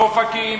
באופקים,